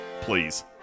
please